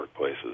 workplaces